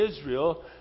Israel